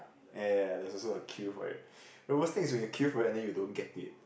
ya ya ya there's also a queue for it the worst thing is when you queue for it and you don't get it